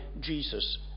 Jesus